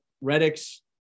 Reddick's